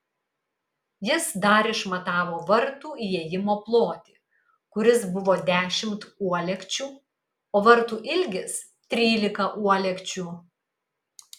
jis dar išmatavo vartų įėjimo plotį kuris buvo dešimt uolekčių o vartų ilgis trylika uolekčių